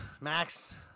max